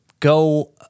Go